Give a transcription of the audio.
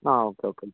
ആ okay okay